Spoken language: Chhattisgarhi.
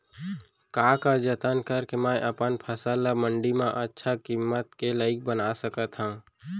का का जतन करके मैं अपन फसल ला मण्डी मा अच्छा किम्मत के लाइक बना सकत हव?